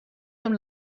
zum